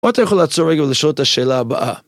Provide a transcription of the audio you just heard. או אתה יכול לעצור רגע ולשאול את השאלה הבאה.